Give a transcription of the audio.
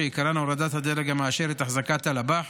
שעיקרן הורדת הדרג המאשר את החזקת הלב"ח